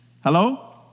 Hello